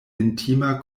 intima